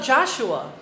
Joshua